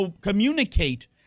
communicate